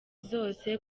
zose